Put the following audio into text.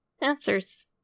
Answers